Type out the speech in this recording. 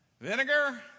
Vinegar